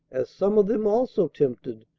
as some of them also tempted,